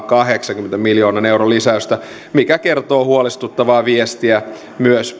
kahdeksankymmenen miljoonan euron lisäystä mikä kertoo huolestuttavaa viestiä myös